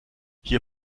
hier